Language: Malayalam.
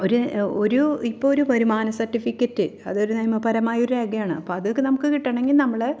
ഒരു ഒരു ഇപ്പം ഒരു വരുമാന സർട്ടിഫിക്കറ്റ് അതൊരു നിയമപരമായ രേഖയാണ് അതൊക്കെ നമുക്ക് കിട്ടണമെങ്കിൽ നമ്മൾ